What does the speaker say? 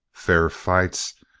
fair fights!